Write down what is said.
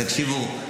תקשיבו,